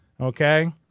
Okay